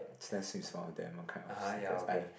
Stan Smith is one of them one kind of sneakers I have